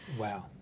wow